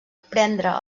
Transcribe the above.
prendre